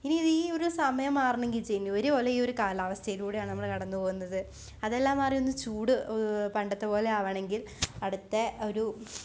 ഇനി ഇതീയൊരു സമയം മാറണമെങ്കില് ജനുവരി വരെ ഈയൊരു കാലാവസ്ഥയിലൂടെയാണ് നമ്മള് കടന്നുപോകുന്നത് അതെല്ലാം മാറി ഒന്ന് ചൂട് പണ്ടത്തെ പോലെയാകണമെങ്കിൽ അടുത്ത ഒരു